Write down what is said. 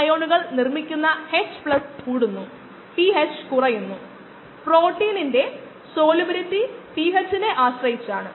ഈ ഉൽപ്പന്നങ്ങളുടെ വിശദാംശങ്ങളും കോശങ്ങളുടെ രൂപീകരണ നിരക്കിനുള്ള മോഡലുകളും ലളിതമായ മോഡലുകളും ചില വിശദമായ മോഡലുകളും നമ്മൾ പരിശോധിച്ചു